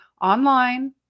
online